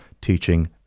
teaching